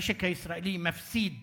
המשק הישראלי מפסיד